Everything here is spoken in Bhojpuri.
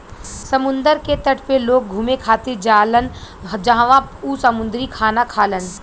समुंदर के तट पे लोग घुमे खातिर जालान जहवाँ उ समुंदरी खाना खालन